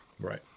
Right